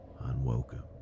unwelcome